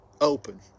open